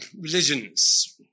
Religions